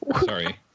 Sorry